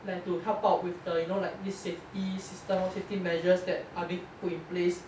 like to help out with the you know like this safety system safety measures that are being put in place